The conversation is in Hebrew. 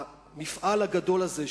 המפעל הגדול הזה,